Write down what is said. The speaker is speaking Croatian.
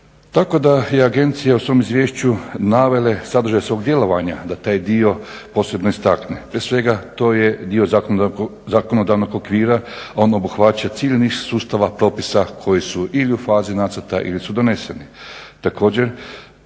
Tako da je agencija u svom izvješću navela sadržaj svog djelovanja da taj dio posebno istakne. Prije svega to je dio zakonodavnog okvira a ono obuhvaća cijeli niz sustava, propisa koji su ili u fazi nacrta ili su doneseni.